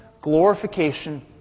glorification